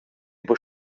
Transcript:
buca